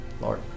Lord